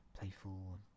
Playful